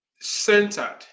centered